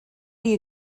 you